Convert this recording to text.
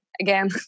again